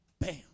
Bam